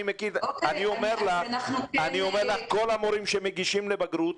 אני אומר לך שכל המורים שמגישים לבגרות,